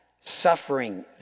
suffering